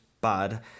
bad